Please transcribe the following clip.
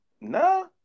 nah